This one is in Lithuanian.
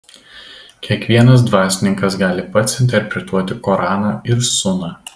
kiekvienas dvasininkas gali pats interpretuoti koraną ir suną